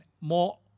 more